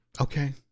Okay